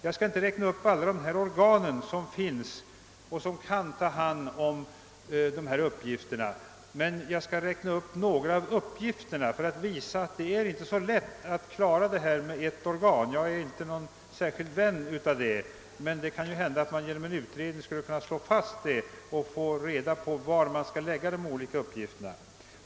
Jag skall inte räkna upp alla de organ som redan finns och som kan ta hand om uppgifterna, men jag skall räkna upp några av uppgifterna för att visa att det inte är så lätt att klara det hela med ett organ. Jag är inte någon särskilt stor vän av utredningar, men det kan hända att man genom en sådan skulle kunna slå fast var man skall lägga de olika uppgifterna.